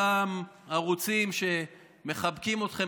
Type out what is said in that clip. אותם ערוצים שמחבקים אתכם,